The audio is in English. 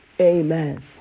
Amen